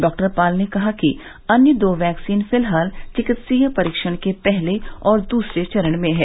डॉ पॉल ने कहा कि अन्य दो वैक्सीन फिलहाल चिकित्सकीय परीक्षण के पहले और दूसरे चरण में हैं